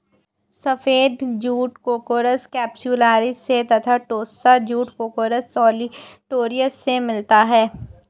सफ़ेद जूट कोर्कोरस कप्स्युलारिस से तथा टोस्सा जूट कोर्कोरस ओलिटोरियस से मिलता है